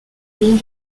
monts